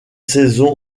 saison